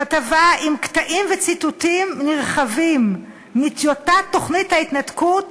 כתבה עם קטעים וציטוטים נרחבים מטיוטת תוכנית ההתנתקות